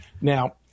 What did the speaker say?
Now